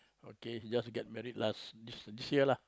okay just get married last this this year lah